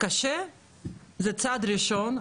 קשה זה צעד ראשון.